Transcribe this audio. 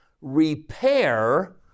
repair